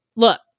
look